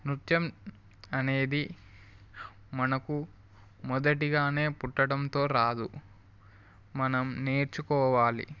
నృత్యం అనేది మనకు మొదటిగానే పుట్టడంతో రాదు మనం నేర్చుకోవాలి